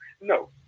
No